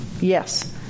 Yes